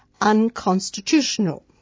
unconstitutional